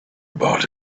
brought